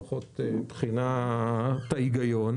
לפחות מבחינת ההיגיון?